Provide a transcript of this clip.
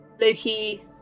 Loki